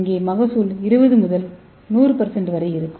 இங்கே மகசூல் 20 முதல் 100 வரை இருக்கும்